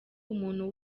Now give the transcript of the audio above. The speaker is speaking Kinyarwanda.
umuntu